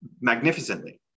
magnificently